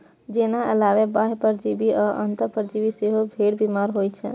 एकर अलावे बाह्य परजीवी आ अंतः परजीवी सं सेहो भेड़ बीमार होइ छै